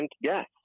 yes